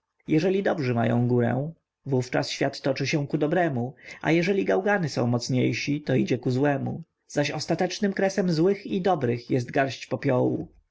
jeżeli dobrzy mają górę wówczas świat toczy się ku dobremu a jeżeli gałgany są mocniejsi to idzie ku złemu zaś ostatecznym kresem złych i dobrych jest garść popiołu